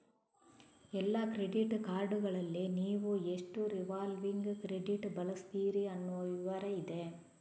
ಎಲ್ಲಾ ಕ್ರೆಡಿಟ್ ಕಾರ್ಡುಗಳಲ್ಲಿ ನೀವು ಎಷ್ಟು ರಿವಾಲ್ವಿಂಗ್ ಕ್ರೆಡಿಟ್ ಬಳಸ್ತೀರಿ ಅನ್ನುವ ವಿವರ ಇದೆ